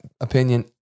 opinion